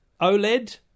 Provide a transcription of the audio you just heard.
OLED